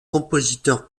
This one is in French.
compositeur